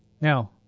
Now